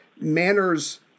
manners